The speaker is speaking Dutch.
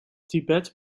tibet